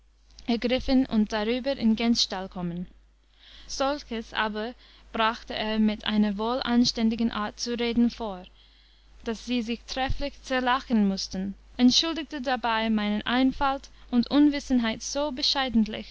ergriffen und darüber in gänsstall kommen solches aber brachte er mit einer wohlanständigen art zu reden vor daß sie sich trefflich zerlachen mußten entschuldigte dabei meine einfalt und unwissenheit so